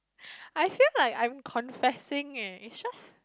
I feel like I'm confessing eh it's just